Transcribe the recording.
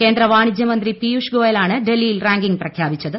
കേന്ദ്ര വാണിജൃ മന്ത്രി പീയൂഷ് ഗോയൽ ആണ് ഡൽഹിയിൽ റാങ്കിംഗ് പ്രഖ്യാപിച്ചത്